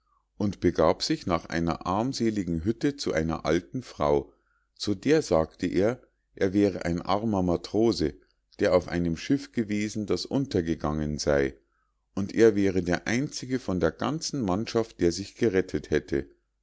und begab sich nach einer armseligen hütte zu einer alten frau zu der sagte er er wäre ein armer matrose der auf einem schiff gewesen das untergegangen sei und er wäre der einzige von der ganzen mannschaft der sich gerettet hätte